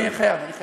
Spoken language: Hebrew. לא.